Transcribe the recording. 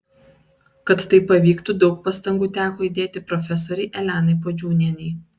kad tai pavyktų daug pastangų teko įdėti profesorei elenai puodžiūnienei